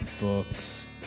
Books